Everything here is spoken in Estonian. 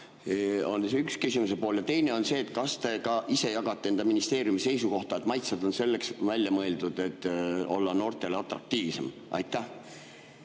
on üks küsimuse pool. Ja teine on see, et kas te ka ise jagate ministeeriumi seisukohta, et maitsed on selleks välja mõeldud, et oleks noortele atraktiivsem. Aitäh!